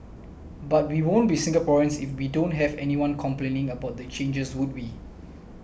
but we won't be Singaporeans if we don't have anyone complaining about the changes would we